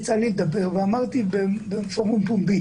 יצא לי לדבר ולומר בפורום פומבי